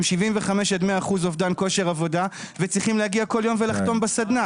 הם 75% עד 100% אובדן כושר עבודה וצריכים להגיע כל יום ולחתום בסדנה.